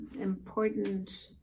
important